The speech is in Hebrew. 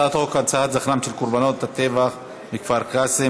הצעת חוק הנצחת זכרם של קורבנות הטבח בכפר קאסם,